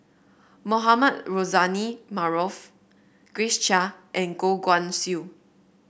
Mohamed Rozani Maarof Grace Chia and Goh Guan Siew